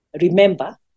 remember